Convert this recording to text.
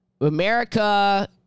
America